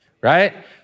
right